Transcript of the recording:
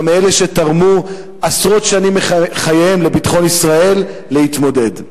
מאלה שתרמו עשרות שנים מחייהם לביטחון ישראל להתמודד.